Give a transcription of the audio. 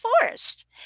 forest